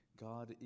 God